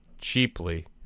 cheaply